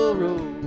road